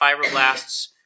fibroblasts